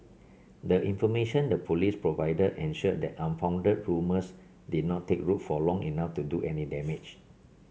the information the Police provided ensured that unfounded rumours did not take root for long enough to do any damage